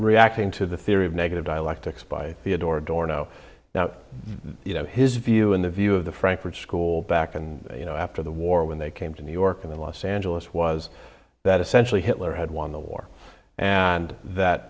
reacting to the theory of negative dialectics by theodore door now now that his view and the view of the frankfurt school back and you know after the war when they came to new york and los angeles was that essentially hitler had won the war and that